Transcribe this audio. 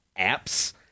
apps